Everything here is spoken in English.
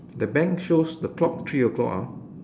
the bank shows the clock three o'clock ah